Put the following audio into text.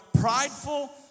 prideful